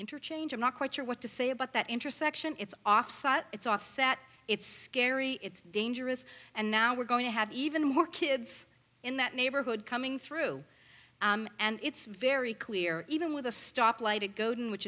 interchange i'm not quite sure what to say about that intersection it's offsite it's offset it's scary it's dangerous and now we're going to have even more kids in that neighborhood coming through and it's very clear even with a stoplight it golden which